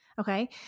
Okay